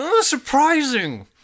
Surprising